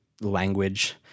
language